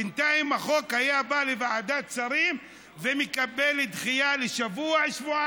בינתיים החוק היה בא לוועדת שרים ומקבל דחייה לשבוע-שבועיים.